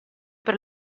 per